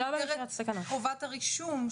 ולא במסגרת חובת הרישום,